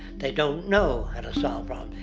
they don't know how to solve um